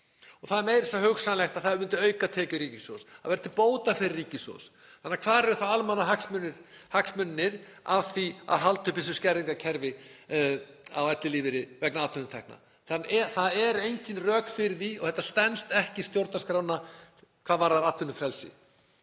Það er meira að segja hugsanlegt að það myndi auka tekjur ríkissjóðs, væri til bóta fyrir ríkissjóð, þannig að hvar eru þá almannahagsmunirnir af því að halda uppi þessu skerðingarkerfi á ellilífeyri vegna atvinnutekna? Það eru engin rök fyrir því og þetta stenst ekki stjórnarskrána hvað varðar atvinnufrelsi,